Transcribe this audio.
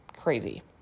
crazy